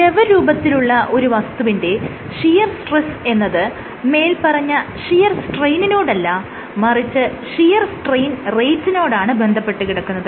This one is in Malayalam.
ദ്രവരൂപത്തിലുള്ള വസ്തുവിനെ ഷിയർ സ്ട്രെസ് എന്നത് മേല്പറഞ്ഞ ഷിയർ സ്ട്രെയിനിനോടല്ല മറിച്ച് ഷിയർ സ്ട്രെയിൻ റേറ്റിനോടാണ് ബന്ധപ്പെട്ട് കിടക്കുന്നത്